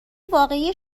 واقعی